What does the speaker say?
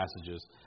passages